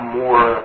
more